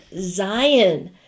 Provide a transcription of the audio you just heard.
Zion